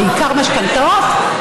ובעיקר משכנתאות,